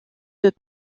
deux